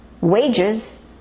wages